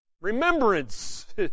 Remembrance